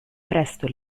presto